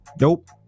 nope